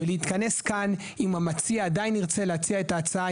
ולהתכנס כאן אם המציע עדיין ירצה להציע את ההצעה,